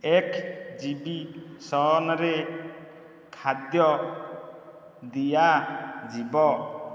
ଏକ୍ଜିବିସନ୍ରେ ଖାଦ୍ୟ ଦିଆଯିବ